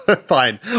fine